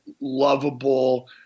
lovable